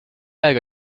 aega